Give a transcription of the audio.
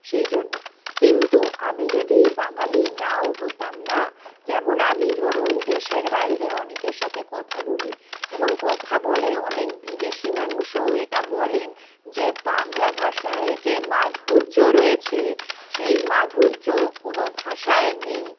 সেই জন্য কিন্তু আমি যদি বাঙালি নাও হতাম না যেমন আমি ধরুন দেশের বাইরে অনেকের সাথে কথা বলি এবং কথা বলে অনেক বিদেশি মানুষও এটা বলেন যে বাংলা ভাষায় যে মাধুর্য রয়েছে সেই মাধুর্য কোনো ভাষায় নেই